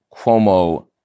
Cuomo